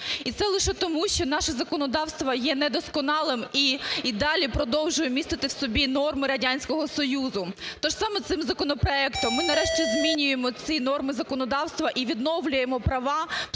І це лише тому, що наше законодавство є недосконалим і далі продовжує містити в собі норми Радянського Союзу. Тож саме цим законопроектом ми нарешті змінюємо ці норми законодавства і відновлюємо права